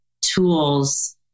tools